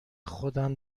خودم